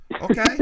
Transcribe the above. Okay